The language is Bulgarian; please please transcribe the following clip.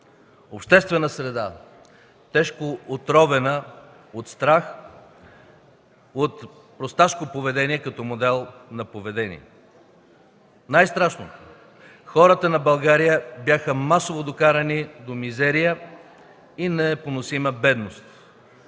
обществена среда – тежко отровена от страх, от просташко поведение като модел на поведение. Най-страшното – хората на България бяха масово докарани до мизерия и непоносима бедност,